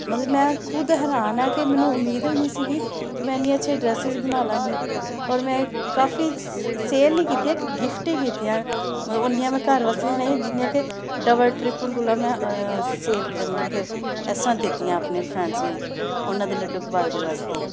ਮਤਲਬ ਮੈਂ ਖੁਦ ਹੈਰਾਨ ਹੈ ਕਿ ਮੈਨੂੰ ਉਮੀਦ ਵੀ ਨਹੀਂ ਸੀਗੀ ਕਿ ਮੈਂ ਐਨੀਆਂ ਅੱਛੀ ਡਰੈਸਿਜ਼ ਬਣਾ ਲਵਾਂਗੀ ਔਰ ਮੈਂ ਕਾਫੀ ਸੇਲ ਨਹੀਂ ਕੀਤੀਆਂ ਇੱਕ ਗਿਫਟ ਹੀ ਕੀਤੀਆਂ ਮਤਲਬ ਓਨੀਆਂ ਮੈਂ ਘਰ ਵਾਸਤੇ ਨਹੀਂ ਬਣਾਈਆਂ ਜਿੰਨੀਆਂ ਕਿ ਡਬਲ ਟ੍ਰਿਪਲ ਮੈਂ ਸੇਲ ਮਤਲਬ ਕਿ ਇਸ ਤਰ੍ਹਾਂ ਦੇਤੀਆਂ ਆਪਣੇ ਫਰੈਂਡਸ ਨੂੰ ਉਹਨਾਂ ਦੇ ਲੱਡੂ ਗੋਪਾਲ ਜੀ ਵਾਸਤੇ